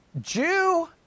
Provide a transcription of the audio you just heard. Jew